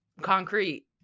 concrete